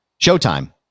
Showtime